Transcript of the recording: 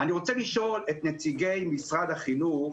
אני רוצה לשאול את נציגי משרד החינוך